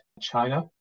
China